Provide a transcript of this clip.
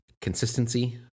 Consistency